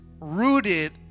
rooted